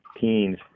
teens